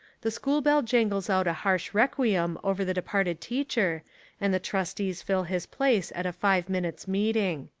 the school bell jangles out a harsh requiem over the de parted teacher and the trustees fill his place at a five-minutes' meeting.